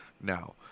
now